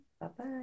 bye-bye